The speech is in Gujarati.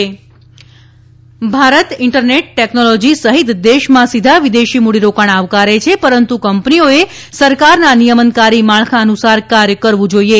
મોબાઇલ એપ વિદેશ મંત્રાલય ભારત ઇન્ટરનેટ ટેકનોલોજી સહિત દેશમાં સીધા વિદેશી મૂડીરોકાણ આવકારે છે પરંતુ કંપનીઓએ સરકારના નિયમનકારી માળખા અનુસાર કાર્ય કરવું જોઇએ